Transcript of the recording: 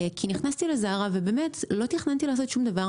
כי נכנסתי לזארה ובאמת לא תכננתי לעשות שום דבר,